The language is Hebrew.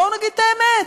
בואו נגיד את האמת,